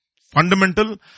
fundamental